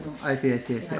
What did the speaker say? I see I see I see